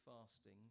fasting